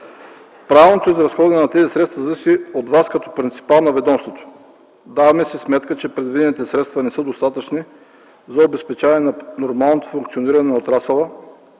Правилното изразходване на тези средства зависи от Вас като принципал на ведомството. Даваме си сметка, че предвидените средства не са достатъчни за обезпечаване на нормалното функциониране на отрасъла,